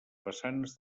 façanes